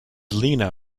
lena